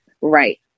right